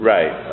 Right